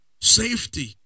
safety